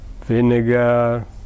Vinegar